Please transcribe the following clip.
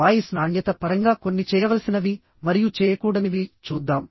voice నాణ్యత పరంగా కొన్ని చేయవలసినవి మరియు చేయకూడనివి చూద్దాం